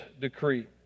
decree